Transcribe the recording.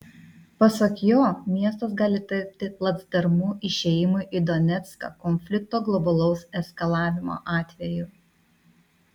pasak jo miestas gali tapti placdarmu išėjimui į donecką konflikto globalaus eskalavimo atveju